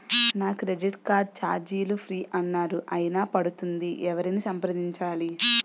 నా credit card ఛార్జీలు free అన్నారు అయినా పడుతుంది ఎవరిని సంప్రదించాలి?